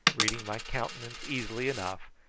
reading my countenance easily enough,